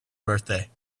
birthday